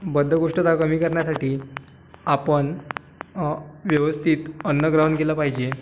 बद्धकोष्ठता कमी करण्यासाठी आपण व्यवस्थित अन्न ग्रहण केलं पाहिजे